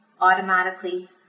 automatically